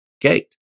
gate